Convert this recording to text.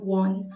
one